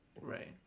right